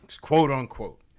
quote-unquote